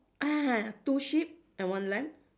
ah two sheep and one lamb